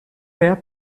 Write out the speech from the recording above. fair